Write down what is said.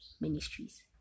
Ministries